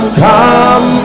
come